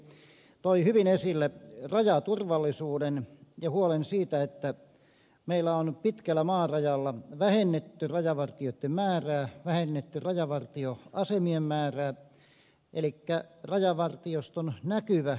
seurujärvi toi hyvin esille rajaturvallisuuden ja huolen siitä että meillä on pitkällä maarajalla vähennetty rajavartijoitten määrää vähennetty rajavartioasemien määrää elikkä rajavartioston näkyvä läsnäolo on vähentynyt